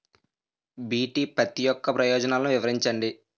BT పత్తి యొక్క ప్రయోజనాలను వివరించండి?